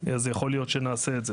אז יכול להיות שנעשה את זה.